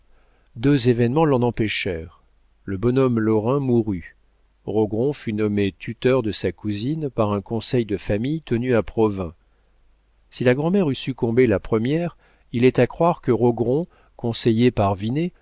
deux événements l'en empêchèrent le bonhomme lorrain mourut rogron fut nommé tuteur de sa cousine par un conseil de famille tenu à provins si la grand'mère eût succombé la première il est à croire que rogron conseillé